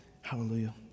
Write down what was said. Hallelujah